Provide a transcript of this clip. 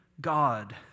God